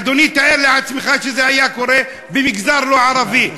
אדוני, תאר לעצמך שזה היה קורה במגזר לא ערבי.